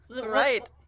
Right